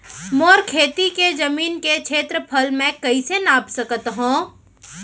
मोर खेती के जमीन के क्षेत्रफल मैं कइसे माप सकत हो?